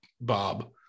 Bob